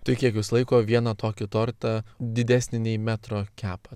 tai kiek jūs laiko vieną tokį tortą didesnį nei metro kepa